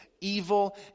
evil